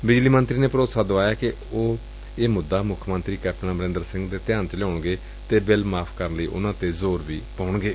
ਬਿਜਲੀ ਮੌਤਰੀ ਨੇ ਭਰੋਸਾ ਦੁਆਇਆ ਕਿ ਉਹ ਇਹ ਮੁੱਦਾ ਮੁੱਖ ਮੰਤਰੀ ਕੈਪਟਨ ਅਮਰੰਦਰ ਸਿੰਘ ਦੇ ਧਿਆਨ ਚ ਲਿਆਉਣਗੇ ਅਤੇ ਬਿੱਲ ਮਾਫ਼ ਕਰਨ ਲਈ ਉਨ੍ਹਾਂ ਤੇ ਜ਼ੋਰ ਪਾਉਣਗੇ